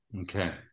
Okay